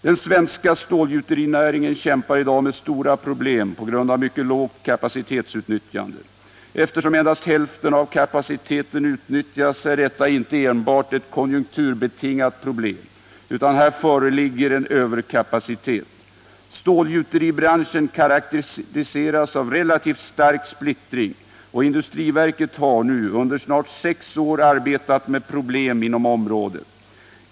Den svenska stålgjuterinäringen kämpar i dag med stora problem på grund av mycket lågt kapacitetsutnyttjande. Eftersom endast hälften av kapaciteten utnyttjas är detta inte enbart ett konjunkturbetingat problem utan här föreligger en överkapacitet. Stålgjuteribranschen karakteriseras av relativt stark splittring, och industriverket har nu under snart sex år arbetat med problem inom området.